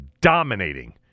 dominating